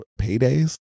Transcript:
Paydays